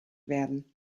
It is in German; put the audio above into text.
werden